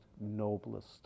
noblest